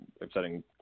upsetting